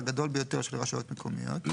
לא,